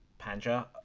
Panja